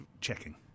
checking